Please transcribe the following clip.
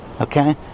okay